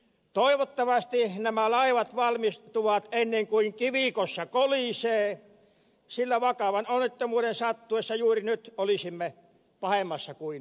toivottavasti nämä laivat valmistuvat ennen kuin kivikossa kolisee sillä vakavan onnettomuuden sattuessa juuri nyt olisimme pahemmassa kuin pulassa